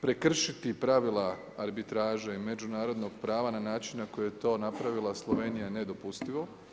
Prekršiti pravila arbitraže i međunarodnog prava na način na koji je to napravila Slovenija je nedopustivo.